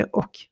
och